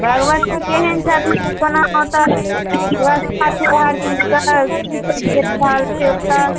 भगवती केहन छथिन कोना ओतऽ व्यवस्था छै हर चीजके की सब भेट रहल छै ओतऽ